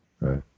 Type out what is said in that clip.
right